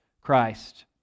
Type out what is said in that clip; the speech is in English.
Christ